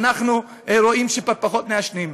אנחנו רואים שפחות מעשנים.